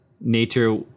Nature